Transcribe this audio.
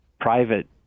private